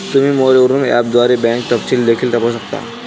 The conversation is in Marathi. तुम्ही मोबाईलवरून ऍपद्वारे बँक तपशील देखील तपासू शकता